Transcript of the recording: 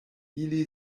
ili